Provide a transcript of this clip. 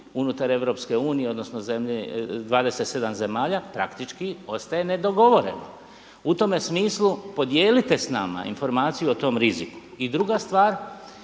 unutar EU odnosno 27 zemalja praktički ostaje nedogovoreno. U tome smislu, podijelite s nama informaciju o tom riziku. I druga stvar,